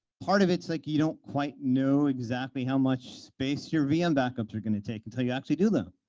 part of it's like you don't quite know exactly how much space your vm backups are going to take until you actually do them,